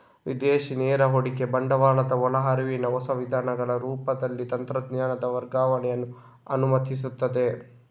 ವಿದೇಶಿ ನೇರ ಹೂಡಿಕೆ ಬಂಡವಾಳದ ಒಳ ಹರಿವಿನ ಹೊಸ ವಿಧಗಳ ರೂಪದಲ್ಲಿ ತಂತ್ರಜ್ಞಾನದ ವರ್ಗಾವಣೆಯನ್ನ ಅನುಮತಿಸ್ತದೆ